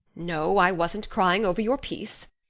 no, i wasn't crying over your piece,